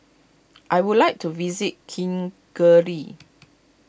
I would like to visit Kigali